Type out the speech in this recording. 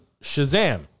Shazam